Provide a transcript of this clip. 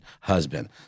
husband